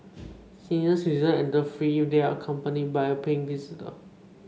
senior citizens enter free if they are accompanied by a paying visitor